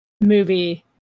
Movie